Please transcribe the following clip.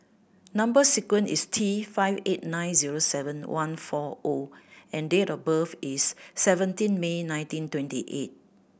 number sequence is T five eight nine zero seven one four O and date of birth is seventeen May nineteen twenty eight